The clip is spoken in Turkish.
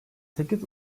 sekiz